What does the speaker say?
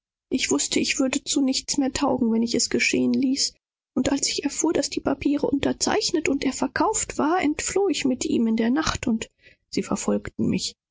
ich wußte daß ich nie wieder zu etwas tauglich sein würde wenn sie es thaten und als ich deßhalb wußte daß die papiere unterzeichnet waren und daß er verkauft war nahm ich ihn und entfloh in der nacht und sie verfolgten mich